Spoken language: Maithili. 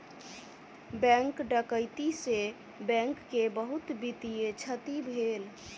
बैंक डकैती से बैंक के बहुत वित्तीय क्षति भेल